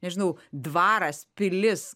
nežinau dvaras pilis